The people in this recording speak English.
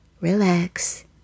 relax